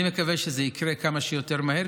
אני מקווה שזה יקרה כמה שיותר מהר.